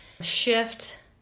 shift